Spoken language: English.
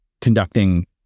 conducting